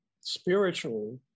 spiritually